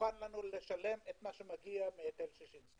מוכן לנו לשלם את מה שמגיע מהיטל ששינסקי,